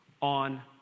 on